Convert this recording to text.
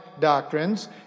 doctrines